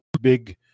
big